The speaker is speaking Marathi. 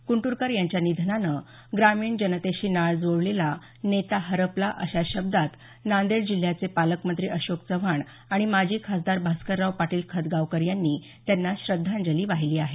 कुंटुरकर यांच्या निधनानं ग्रामीण जनतेशी नाळ जुळलेला नेता हरपला अशा शब्दात नांदेड जिल्ह्याचे पालकमंत्री अशोक चव्हाण आणि माजी खासदार भास्करराव पाटील खतगांवकर यांनी त्यांना श्रद्धांजली वाहिली आहे